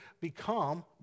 become